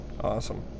awesome